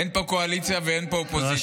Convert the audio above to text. אין פה קואליציה ואין פה אופוזיציה.